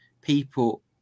people